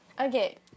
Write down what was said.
Okay